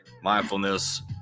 Mindfulness